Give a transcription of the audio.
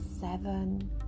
Seven